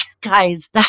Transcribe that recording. guys